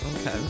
Okay